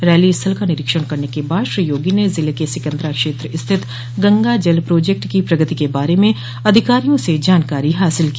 rally स्थल का निरीक्षण करने के बाद श्री योगी ने जिले के सिकन्दरा क्षेत्र स्थित गंगा जल प्रोजेक्ट की प्रगति के बारे म अधिकारियों से जानकारी हासिल की